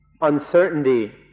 uncertainty